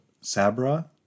Sabra